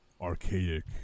archaic